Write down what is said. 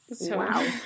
wow